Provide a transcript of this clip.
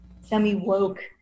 semi-woke